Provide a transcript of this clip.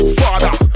father